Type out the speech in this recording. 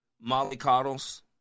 mollycoddles